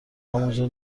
همونجا